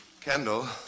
Kendall